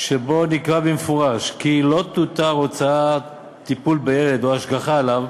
שבו נקבע במפורש כי לא תוכר הוצאת טיפול בילד או השגחה עליו.